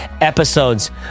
episodes